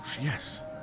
Yes